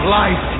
life